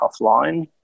offline